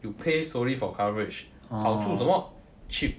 you pay solely for coverage 好处什么 cheap